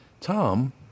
Tom